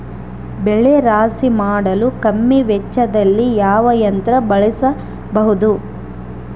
ಬೆಳೆ ರಾಶಿ ಮಾಡಲು ಕಮ್ಮಿ ವೆಚ್ಚದಲ್ಲಿ ಯಾವ ಯಂತ್ರ ಬಳಸಬಹುದು?